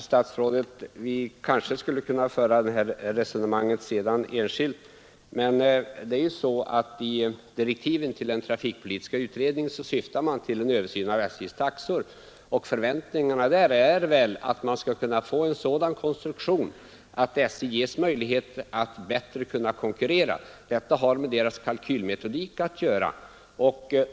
Herr talman! Vi kanske skulle kunna föra det här resonemanget enskilt senare, herr statsråd. Enligt direktiven syftar den trafikpolitiska utredningen till en översyn av SJ:s taxor, och förväntningarna är väl att konstruktionen skulle bli sådan att SJ ges möjligheter att bättre konkurrera. Detta har med SJ:s kalkylmetodik att göra.